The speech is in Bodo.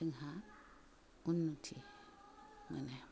जोंहा उननुथि मोनो